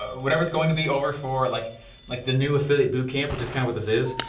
whatever it's going to be over for like like the new affiliate bootcamp, which is kind of what this is.